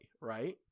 right